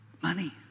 Money